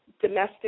domestic